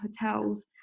hotels